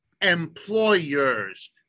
employers